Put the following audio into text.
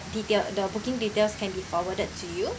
detail the booking details can be forwarded to you